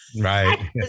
Right